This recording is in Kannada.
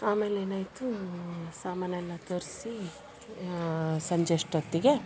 ಆಮೇಲೆ ಏನಾಯಿತು ಸಾಮಾನೆಲ್ಲ ತರಿಸಿ ಸಂಜೆ ಅಷ್ಟೊತ್ತಿಗೆ